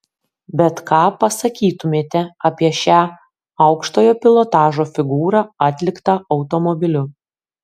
bet ką pasakytumėte apie šią aukštojo pilotažo figūrą atliktą automobiliu